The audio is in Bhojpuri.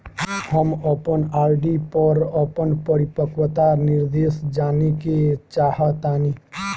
हम अपन आर.डी पर अपन परिपक्वता निर्देश जानेके चाहतानी